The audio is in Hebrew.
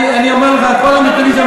אני אומר לך, כל הדברים שאתה